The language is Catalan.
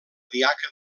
diaca